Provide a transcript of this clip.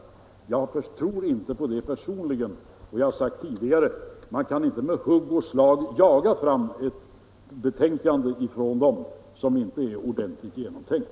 Jag tror inte på det personligen, och jag har sagt tidigare att man inte med hugg och slag kan jaga fram ett betänkande som inte är ordentligt genomtänkt.